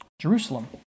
Jerusalem